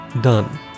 done